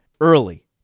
early